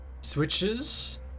switches